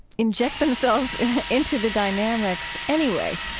inject themselves into the dynamics anyway.